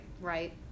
Right